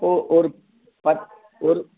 ஒ ஒரு பத் ஒரு